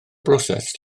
broses